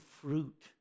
fruit